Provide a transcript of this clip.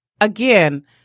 again